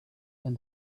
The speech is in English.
when